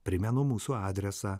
primenu mūsų adresą